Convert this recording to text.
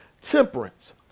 temperance